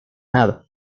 nada